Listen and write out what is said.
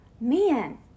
man